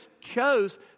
chose